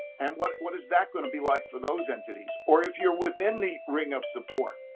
and what what is that going to be like for those entities? or if you're within the ring of support,